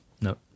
no